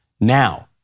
now